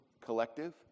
collective